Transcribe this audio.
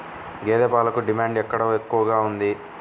గేదె పాలకు డిమాండ్ ఎక్కడ ఎక్కువగా ఉంది?